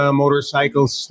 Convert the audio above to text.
motorcycles